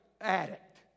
addict